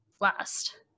last